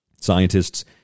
Scientists